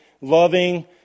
Loving